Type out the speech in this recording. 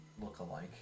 look-alike